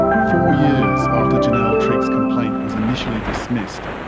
four years after janelle trigg's complaint was initially dismissed,